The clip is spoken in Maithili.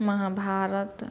महाभारत